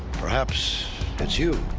perhaps it's you.